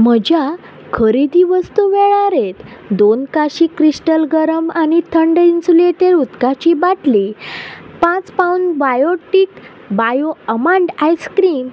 म्हज्या खरेदी वस्तू वळेरेंत दोन काशी क्रिस्टल गरम आनी थंड इंसुलेटिड उदकाची बाटली पांच पावन बायोटीक बायो आल्मंड आयस्क्रीम